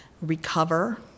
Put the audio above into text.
recover